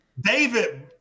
David